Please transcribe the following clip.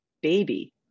baby